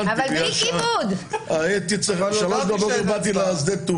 לא נתתם להעביר חוקים שהם בקונצנזוס והם קריטיים למען מדינת ישראל.